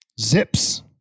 Zips